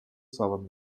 saavad